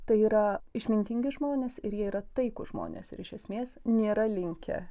tai yra išmintingi žmonės ir jie yra taikūs žmonės ir iš esmės nėra linkę